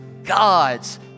God's